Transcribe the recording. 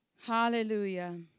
Hallelujah